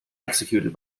executed